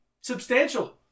substantial